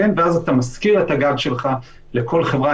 ואז אתה משכיר את הגג שלך לכל חברה,